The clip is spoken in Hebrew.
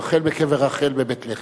רחל בקבר רחל בבית-לחם.